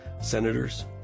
Senators